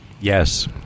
Yes